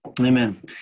Amen